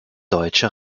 deutsche